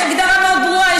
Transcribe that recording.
יש הגדרה מאוד ברורה.